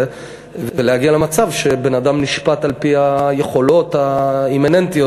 ולהגיע למצב שבן-אדם נשפט על-פי היכולות האימננטיות,